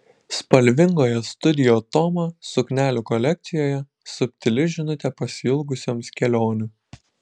spalvingoje studio toma suknelių kolekcijoje subtili žinutė pasiilgusioms kelionių